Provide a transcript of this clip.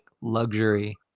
luxury